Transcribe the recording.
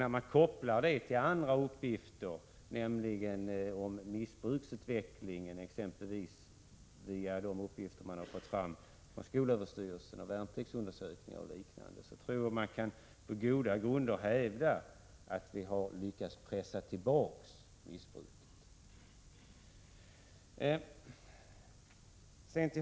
När man kopplar samman dessa siffror med andra uppgifter, exempelvis de uppgifter man fått fram från skolöverstyrelsen, av värnpliktsundersökningar och liknande, tror jag att man på goda grunder kan hävda att vi har lyckats pressa tillbaka missbruket.